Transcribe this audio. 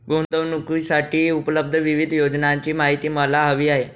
गुंतवणूकीसाठी उपलब्ध विविध योजनांची माहिती मला हवी आहे